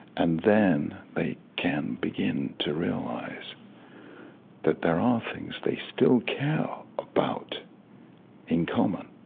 and then they can begin to realize that there are things they still care about in common,